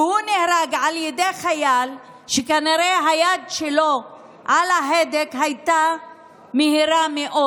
והוא נהרג על ידי חייל שכנראה היד שלו על ההדק הייתה מהירה מאוד,